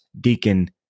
deacon